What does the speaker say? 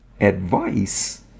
advice